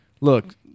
look